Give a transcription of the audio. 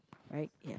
right ya